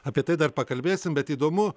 apie tai dar pakalbėsim bet įdomu